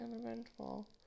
uneventful